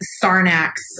Sarnax